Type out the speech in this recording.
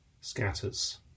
scatters